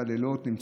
בלילות.